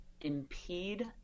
impede